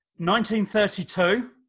1932